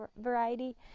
variety